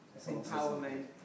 Empowerment